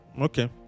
okay